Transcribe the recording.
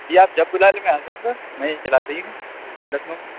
جی آپ جب بلا لیں گے آ جاؤں گا میں چناب میں ہی ہوں لکھنؤ